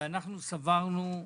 ואנחנו סברנו,